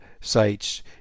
sites